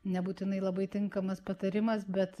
nebūtinai labai tinkamas patarimas bet